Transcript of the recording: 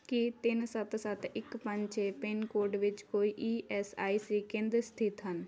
ਕੀ ਤਿੰਨ ਸੱਤ ਸੱਤ ਇੱਕ ਪੰਜ ਛੇ ਪਿੰਨ ਕੋਡ ਵਿੱਚ ਕੋਈ ਈ ਐੱਸ ਆਈ ਸੀ ਕੇਂਦਰ ਸਥਿਤ ਹਨ